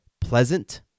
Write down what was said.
pleasant